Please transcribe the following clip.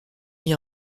mis